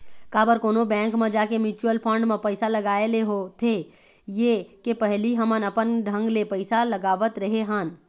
काबर कोनो बेंक म जाके म्युचुअल फंड म पइसा लगाय ले होथे ये के पहिली हमन अपन ढंग ले पइसा लगावत रेहे हन